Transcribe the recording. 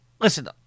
listen